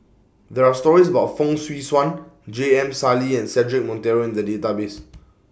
There Are stories about Fong Swee Suan J M Sali and Cedric Monteiro in The Database